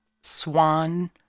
swan